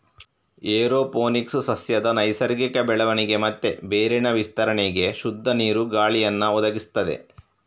aeroponics ಸಸ್ಯದ ನೈಸರ್ಗಿಕ ಬೆಳವಣಿಗೆ ಮತ್ತೆ ಬೇರಿನ ವಿಸ್ತರಣೆಗೆ ಶುದ್ಧ ನೀರು, ಗಾಳಿಯನ್ನ ಒದಗಿಸ್ತದೆ